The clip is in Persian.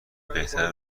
بهتره